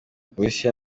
uburusiya